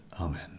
Amen